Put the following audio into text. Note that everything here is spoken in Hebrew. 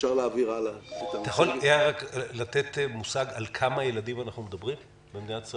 אתה יכול לתת מושג על כמה ילדים אנחנו מדברים במדינת ישראל?